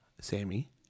Sammy